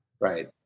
right